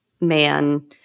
man